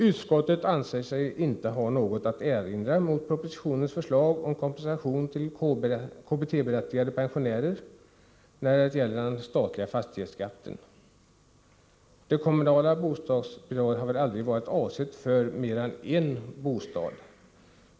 Utskottet anser sig inte ha något att erinra mot propositionens förslag om kompensation till KBT-berättigade pensionärer när det gäller den statliga fastighetsskatten. Det kommunala bostadstillägget har väl aldrig varit avsett för mer än en bostad.